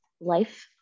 life